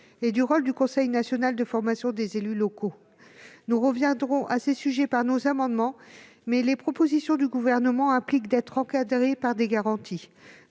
et le rôle du Conseil national de la formation des élus locaux. Nous reviendrons sur ces sujets nos amendements, mais les propositions du Gouvernement nécessitent d'être encadrées par des garanties.